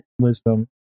wisdom